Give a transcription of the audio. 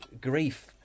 grief